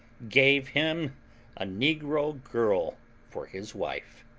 gave him a negro girl for his wife.